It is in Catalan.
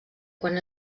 quan